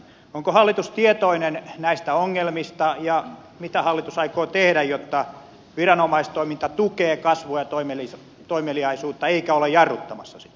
onko hallitus tietoinen näistä ongelmista ja mitä hallitus aikoo tehdä jotta viranomaistoiminta tukee kasvua ja toimeliaisuutta eikä ole jarruttamassa sitä